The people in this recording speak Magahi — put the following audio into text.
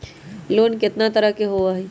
लोन केतना तरह के होअ हई?